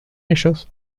ellos